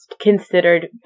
considered